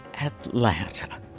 Atlanta